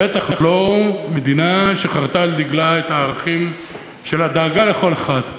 בטח לא במדינה שחרתה על דגלה את הערכים של הדאגה לכל אחד,